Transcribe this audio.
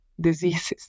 diseases